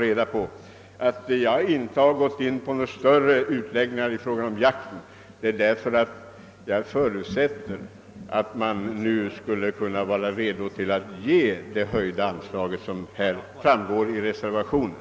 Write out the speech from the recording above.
Anledningen till att jag här inte gått in på några längre utläggningar om jakten är att jag anser att vi nu bör vara redo att bifalla den begäran om höjda anslag som framförts i reservationen.